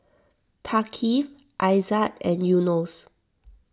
Thaqif Aizat and Yunos